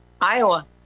Iowa